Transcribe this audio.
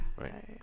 Right